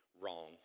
wrong